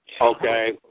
Okay